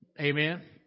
Amen